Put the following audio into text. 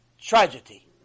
tragedy